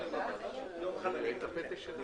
ננעלה בשעה